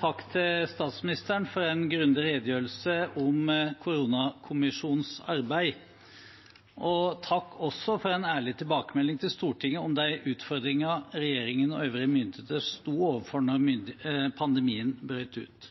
Takk til statsministeren for en grundig redegjørelse om koronakommisjonens arbeid. Takk også for en ærlig tilbakemelding til Stortinget om de utfordringene regjeringen og øvrige myndigheter sto overfor da pandemien brøt ut.